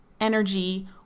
energy